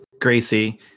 Gracie